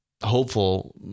hopeful